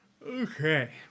Okay